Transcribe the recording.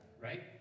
Right